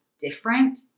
different